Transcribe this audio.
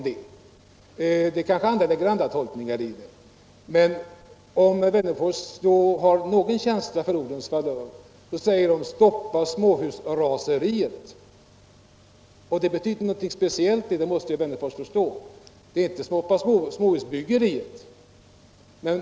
Andra kanske gör andra tolkningar, men om herr Wennerfors har någon känsla för ordens valör så måste han inse att det betyder något speciellt när man säger: Stoppa småhusraseriet! Herr Wennerfors måste förstå att det då inte är fråga om att stoppa småhusbyggeriet.